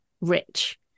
rich